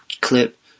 clip